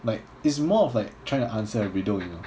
like it's more of like trying to answer a riddle you know